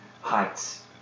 heights